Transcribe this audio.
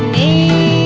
a